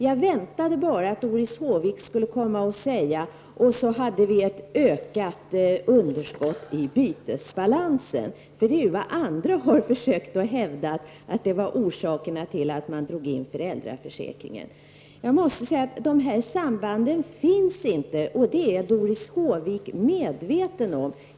Jag väntade bara att Doris Håvik skulle säga: ”-—— och så hade vi ett ökat underskott i bytesbalansen”, för det har andra hävdat som orsak till att man drog in föräldraförsäkringen. Dessa samband finns inte och det är Doris Håvik medveten om.